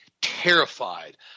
terrified